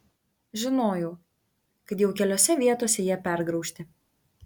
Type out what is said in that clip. žinojau kad jau keliose vietose jie pergraužti